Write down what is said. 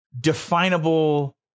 definable